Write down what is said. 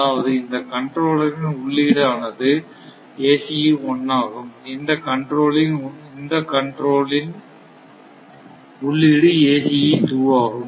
அதாவது இந்த கண்ட்ரோலர் இன் உள்ளீடு ஆனது ACE1 ஆகும் இந்த கண்ட்ரோல் இன் உள்ளீடு ACE 2 ஆகும்